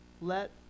Let